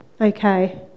Okay